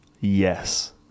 Yes